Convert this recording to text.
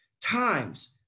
times